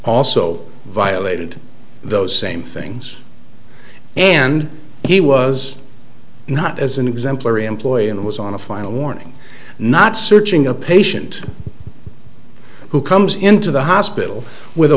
also violated those same things and he was not as an exemplary employee and was on a final warning not searching a patient who comes into the hospital with a